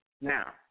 Now